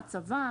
צבא,